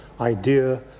idea